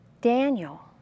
Daniel